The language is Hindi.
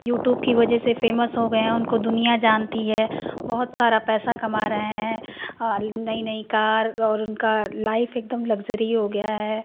यूट्यूब की वज़ह से फ़ेमस हो गए हैं उनको दुनिया जानती है बहुत सारा पैसा कमा रहे हैं और नई नई कार और उनकी लाइफ़ एकदम लग्ज़री हो गई है